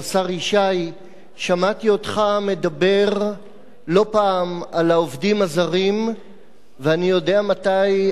שמעתי אותך מדבר לא פעם על העובדים הזרים ואני יודע מתי אתה יודע לשכנע,